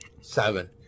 seven